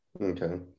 Okay